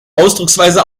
ausdrucksweise